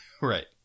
Right